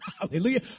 hallelujah